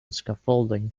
scaffolding